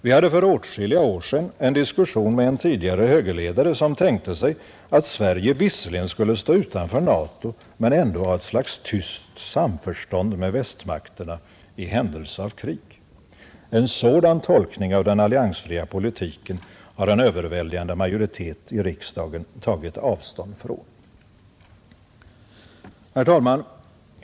Vi hade för åtskilliga år sedan en diskussion med en tidigare högerledare, som tänkte sig att Sverige visserligen skulle stå utanför NATO men ändå ha ett slags tyst samförstånd med västmakterna i händelse av krig. En sådan tolkning av den alliansfria politiken har en överväldigande majoritet i riksdagen tagit avstånd ifrån. Herr talman!